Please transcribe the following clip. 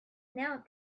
knelt